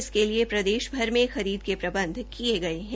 इसके लिए प्रदेशभर मे खरीद के प्रबंध किये गये है